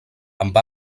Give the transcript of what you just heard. amb